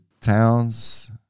Towns